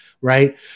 Right